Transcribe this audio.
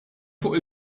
fuq